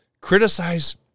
Criticize